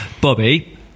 Bobby